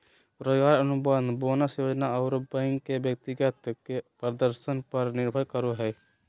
रोजगार अनुबंध, बोनस योजना आरो बैंक के व्यक्ति के प्रदर्शन पर निर्भर करो हइ